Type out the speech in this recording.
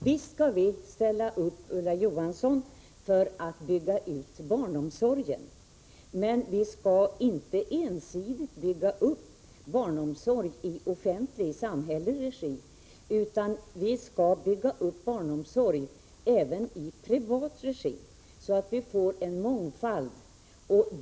Visst skall vi ställa upp, Ulla Johansson, för att bygga ut barnomsorgen, men vi skall inte ensidigt bygga upp barnomsorgen i offentlig samhällelig regi, utan vi skall bygga upp barnomsorg även i privat regi, så att vi får en mångfald.